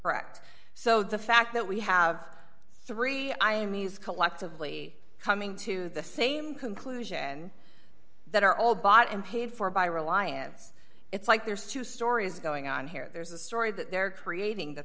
correct so the fact that we have three i am news collectively coming to the same conclusion that are all bought and paid for by reliance it's like there's two stories going on here there's a story that they're creating that